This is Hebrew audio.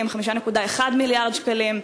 5.1 מיליארד שקלים,